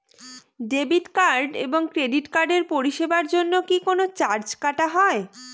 Debit card এবং credit কার্ডের পরিষেবার জন্য কি কোন চার্জ কাটা হয়?